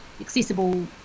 accessible